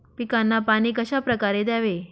पिकांना पाणी कशाप्रकारे द्यावे?